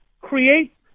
create